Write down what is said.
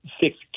six